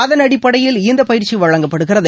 அதன் அடிப்படையில் இந்த பயிற்சி வழங்கப்படுகிறது